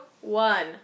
one